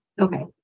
okay